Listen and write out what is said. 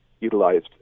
utilized